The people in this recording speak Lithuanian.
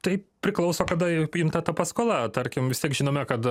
tai priklauso kada imta ta paskola tarkim vis tiek žinome kad